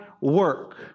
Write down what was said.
work